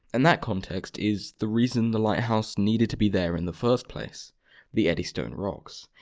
and that context is the reason the lighthouse needed to be there in the first place the eddystone rocks.